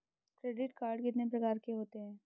Credit card कितने प्रकार के होते हैं?